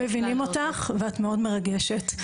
מבינים אותך ואת מאוד מרגשת.